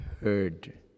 heard